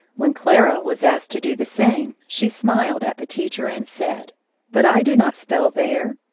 when clara was asked to do the same, she smiled at the teacher and said but i do not spell there!